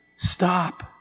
stop